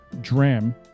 Dram